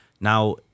Now